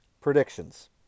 predictions